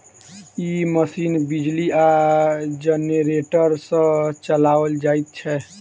ई machine बिजली आ generator सॅ चलाओल जाइत छै